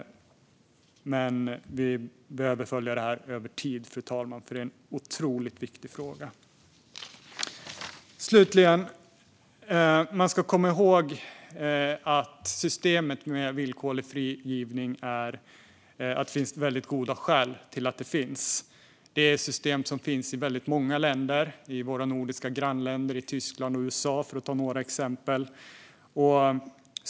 Men vi behöver följa detta över tid, för det är en otroligt viktig fråga. Slutligen ska man komma ihåg att det finns väldigt goda skäl till att systemet med villkorlig frigivning finns. Det är system som finns i väldigt många länder: i våra nordiska grannländer, i Tyskland och i USA, för att ta några exempel.